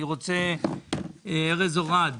ארז אורעד,